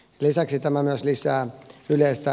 lisäksi tämä myös lisää yleistä